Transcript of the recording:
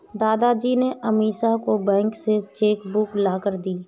दादाजी ने अमीषा को बैंक से चेक बुक लाकर दी